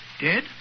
Dead